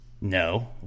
No